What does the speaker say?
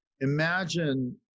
imagine